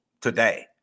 today